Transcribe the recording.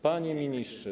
Panie Ministrze!